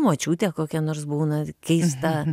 močiutė kokia nors būna keista